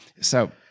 So-